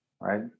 right